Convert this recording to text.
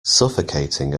suffocating